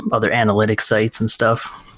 and other analytics sites and stuff.